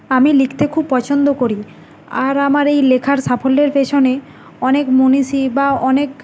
আমি লিখতে খুব পছন্দ করি আর আমার এই লেখার সাফল্যের পেছনে অনেক মনীষী বা অনেক